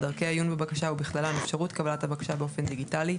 דרכי העיון בבקשה ובכללן אפשרות קבלת הבקשה באופן דיגיטלי,